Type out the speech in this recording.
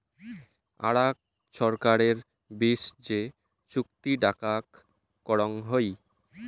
আরাক ছরকারের বিচ যে চুক্তি ডাকাক করং হই